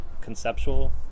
conceptual